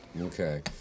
Okay